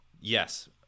yes